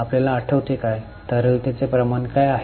आपल्याला आठवते काय तरलतेचे प्रमाण काय आहे